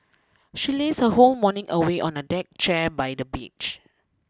she lazed her whole morning away on a deck chair by the beach